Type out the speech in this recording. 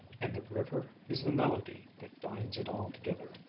and the river is the melody that binds it all together.